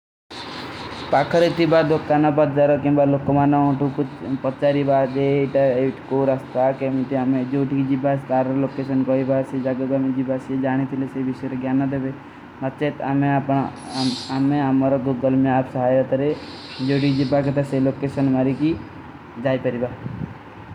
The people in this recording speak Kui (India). ପକହରେତୀ ବାଦ ଧୋକ୍କାନା ବାଦ ଜାରୋ କେଂବା ଲୋକମାନା ଉନ୍ଧୂ ପଚ୍ଚାରୀ ବାଦ ଏଟ କୋ ରସ୍ତା କେଂବୀ ତେ। ଆମେଂ ଜୋଠୀ ଜୀବାସ ତାର ଲୋକେଶନ କହୀ ବାସୀ ଜାଗୋ ଗାମୀ ଜୀବାସୀ ଜାନୀ ତିଲେ ସେ ଵିଶ୍ଯର ଗ୍ଯାନା ଦେଵେ। ଅପନେ ଆପକା ସ୍ଵାଗତା ବାଦ ଧୋକ୍କାନା ବାଦ ଜାରୋ କେଂବା ଲୋକମାନା ଉନ୍ଧୂ ପଚ୍ଚାରୀ ବାସୀ ଜାଗୋ। ଗାମୀ ତେ ଆମେଂ ଜୋଠୀ ଜୀବାସ ତାର ଲୋକେଶନ କହୀ ବାସୀ ଜାଗୋ ଗାମୀ ଦେଵେ।